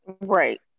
Right